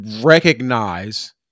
recognize